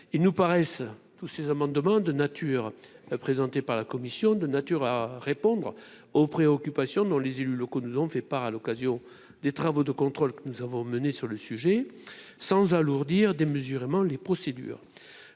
ils nous paraissent tous ces amendements de nature, présenté par la Commission de nature à répondre aux préoccupations dont les élus locaux nous ont fait part à l'occasion des travaux de contrôle que nous avons menées sur le sujet sans alourdir démesurément les procédures,